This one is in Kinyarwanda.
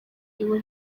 iwe